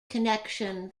connection